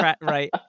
right